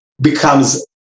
becomes